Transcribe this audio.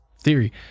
theory